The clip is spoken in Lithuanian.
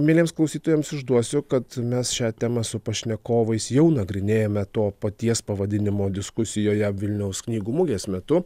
mieliems klausytojams išduosiu kad mes šią temą su pašnekovais jau nagrinėjome to paties pavadinimo diskusijoje vilniaus knygų mugės metu